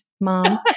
mom